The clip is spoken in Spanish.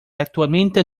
actualmente